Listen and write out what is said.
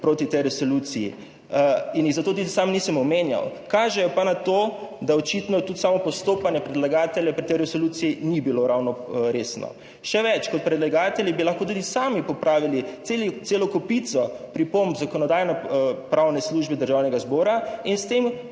proti tej resoluciji in jih zato tudi sam nisem omenjal. Kažejo pa na to, da očitno tudi samo postopanje predlagateljev pri tej resoluciji ni bilo ravno resno. Še več, kot predlagatelji bi lahko tudi sami popravili celo kopico pripomb Zakonodajno-pravne službe Državnega zbora. In s tem,